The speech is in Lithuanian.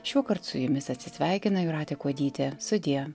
šiuokart su jumis atsisveikina jūratė kuodytė sudie